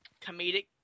comedic